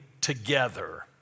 together